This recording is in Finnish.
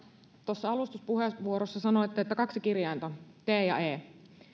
tuossa alustuspuheenvuorossa sanoitte että kaksi kirjainta t ja e